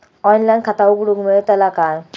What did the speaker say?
Online खाता उघडूक मेलतला काय?